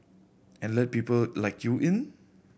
and let people like you in